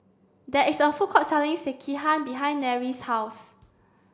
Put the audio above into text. there is a food court selling Sekihan behind Nery's house